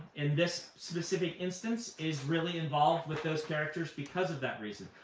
in this specific instance, is really involved with those characters because of that reason.